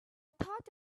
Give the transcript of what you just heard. thought